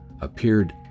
appeared